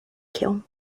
kiln